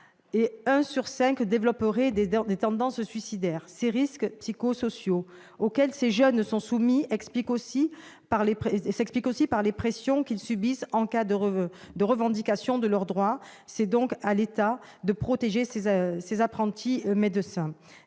Un sur cinq développerait même des tendances suicidaires. Les risques psychosociaux auxquels ces jeunes sont confrontés s'expliquent aussi par les pressions qu'ils subissent lorsqu'ils tentent de revendiquer leurs droits. C'est donc à l'État de protéger ces apprentis médecins.